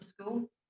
school